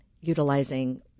utilizing